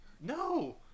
No